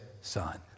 son